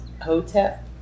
Hotep